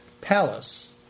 palace